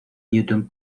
newton